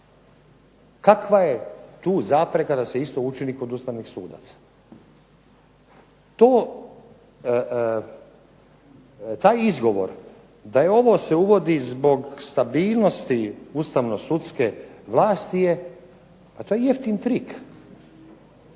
Kakva je tu zapreka da se isto učini kod ustavnih sudaca? Taj izgovor da ovo se uvodi zbog stabilnosti ustavno-sudske vlasti je, pa to je jeftin trik.